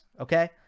Okay